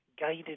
guided